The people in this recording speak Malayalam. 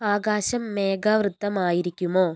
ആകാശം മേഘാവൃത്തമായിരിക്കുമോ